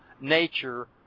nature